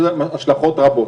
יש לזה השלכות רבות.